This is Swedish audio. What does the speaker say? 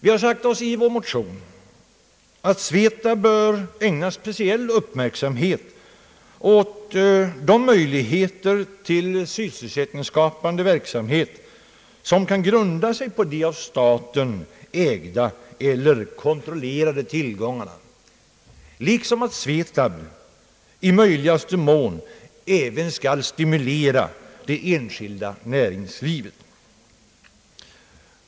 I vår motion har uttalats att SVETAB bör ägna speciell uppmärksamhet åt de möjligheter till sysselsättningsskapande verksamhet som kan grunda sig på de av staten ägda eller kontrollerade tillgångarna, liksom att SVETAB i möjligaste mån även skall stimulera det enskilda näringslivet.